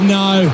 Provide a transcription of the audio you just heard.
no